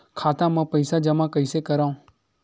खाता म पईसा जमा कइसे करव?